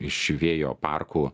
iš vėjo parkų